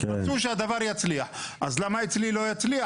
רצו שהדבר יצליח, אז למה אצלי לא יצליח?